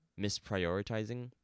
misprioritizing